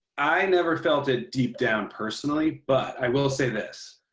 i never felt it deep down personally, but i will say this.